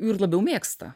ir labiau mėgsta